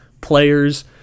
players